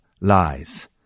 lies